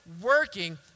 working